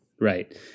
Right